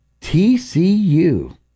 TCU